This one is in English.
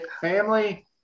family